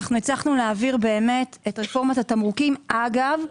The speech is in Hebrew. הצלחנו להעביר את רפורמת התמרוקים אגב,